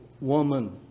woman